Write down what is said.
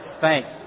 Thanks